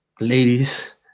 ladies